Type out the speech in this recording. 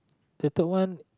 the third one